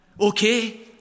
Okay